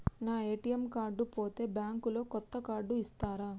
నా ATM card పోతే bank లో కొత్త కార్డు ఇస్తరా?